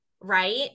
Right